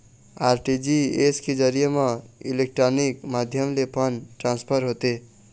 RTGS के जरिए म इलेक्ट्रानिक माध्यम ले फंड ट्रांसफर होथे